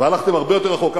הלכתם הרבה יותר רחוק.